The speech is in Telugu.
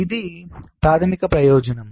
ఇది ప్రాథమిక ప్రయోజనం